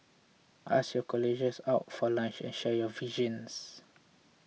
ask your colleagues out for lunch and share your visions